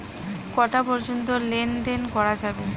কটা পর্যন্ত লেন দেন করা যাবে?